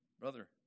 brother